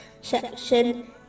section